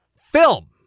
film